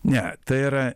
ne tai yra